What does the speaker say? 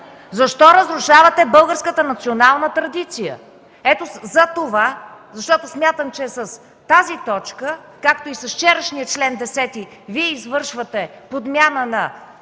Защо разрушавате българската национална традиция?! Ето затова – защото смятам, че с тази точка, както и с вчерашния чл. 10, извършвате подмяна на